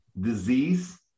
disease